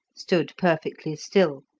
stood perfectly still,